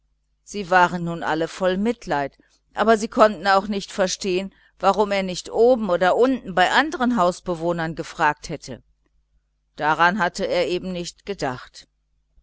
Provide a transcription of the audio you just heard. sie waren nun alle voll mitleid aber sie konnten auch nicht verstehen warum er nicht oben oder unten bei anderen hausbewohnern angefragt hätte daran hatte er eben gar nicht gedacht